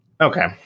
Okay